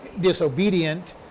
disobedient